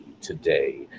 today